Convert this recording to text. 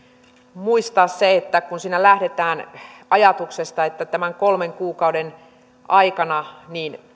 muistaa se että kun siinä lähdetään ajatuksesta että tämän kolmen kuukauden aikana